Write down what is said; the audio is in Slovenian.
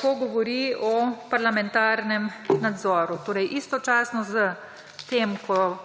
ko govori o parlamentarnem nadzoru. Torej istočasno s tem, ko